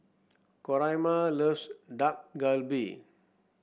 Coraima loves Dak Galbi